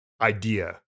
idea